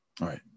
right